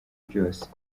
byose